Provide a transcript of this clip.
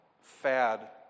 fad